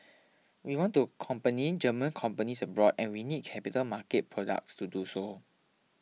we want to company German companies abroad and we need capital market products to do so